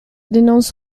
dénonce